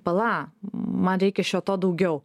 pala man reikia šio to daugiau